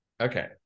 Okay